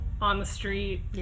on-the-street